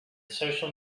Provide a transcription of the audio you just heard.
social